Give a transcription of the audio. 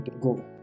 go